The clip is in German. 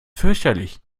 fürchterlich